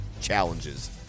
Challenges